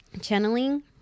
channeling